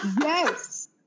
yes